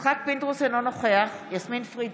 יצחק פינדרוס, אינו נוכח יסמין פרידמן,